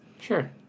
Sure